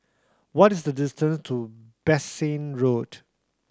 what is the distant to Bassein Road